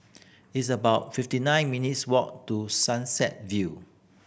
it's about fifty nine minutes' walk to Sunset View